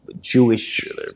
Jewish